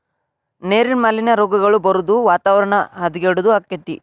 ನೇರಿನ ಮಾಲಿನ್ಯಾ, ರೋಗಗಳ ಬರುದು ವಾತಾವರಣ ಹದಗೆಡುದು ಅಕ್ಕತಿ